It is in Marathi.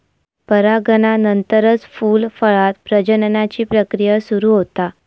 परागनानंतरच फूल, फळांत प्रजननाची प्रक्रिया सुरू होता